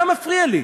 מה מפריע לי?